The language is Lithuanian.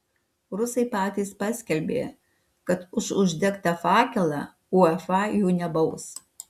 rusai patys paskelbė kad už uždegtą fakelą uefa jų nebaus